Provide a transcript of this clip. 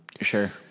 sure